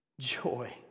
joy